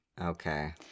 Okay